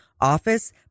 office